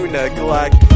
neglect